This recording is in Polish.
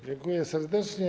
Dziękuję serdecznie.